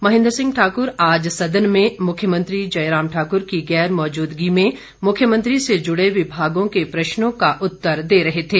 महेंद्र सिंह ठाकुर आज सदन में मुख्यमंत्री जयराम ठाकुर की गैर मौजूदगी में मुख्यमंत्री से जुड़े विभागों के प्रश्नों का उत्तर दे रहे थे